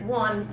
one